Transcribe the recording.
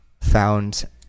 found